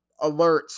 alerts